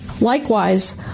Likewise